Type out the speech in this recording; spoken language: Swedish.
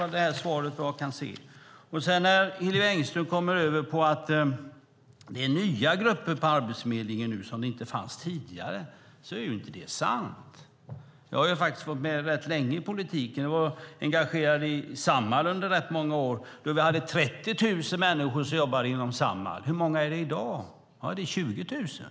Det är vad jag kan se i det här svaret. Hillevi Engström kommer in på att det nu är nya grupper på Arbetsförmedlingen som inte fanns tidigare. Det är inte sant. Jag har faktiskt varit med rätt länge i politiken. Jag var engagerad i Samhall under ganska många år. Då hade vi 30 000 människor som jobbade inom Samhall. Hur många är det i dag? Det är 20 000.